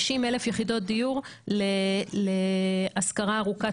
50,000 יחידות דיור להשכרה ארוכת